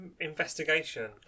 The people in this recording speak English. investigation